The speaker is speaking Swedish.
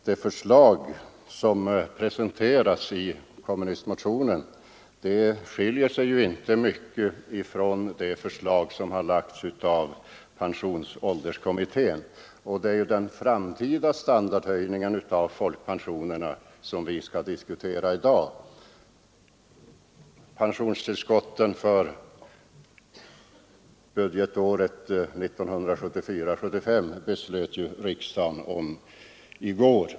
Det förslag som presenterats i kommunistmotionen skiljer sig inte mycket från det förslag som lagts av pensionsålderskommittén, och det är ju den framtida standardhöjningen av folkpensionerna som vi skall diskutera i dag. Pensionstillskotten för budgetåret 1974/75 beslöt ju riksdagen om i går.